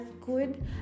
good